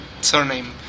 surname